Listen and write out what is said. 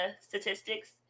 statistics